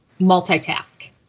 multitask